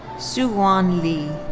seokwon lee.